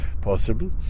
possible